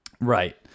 right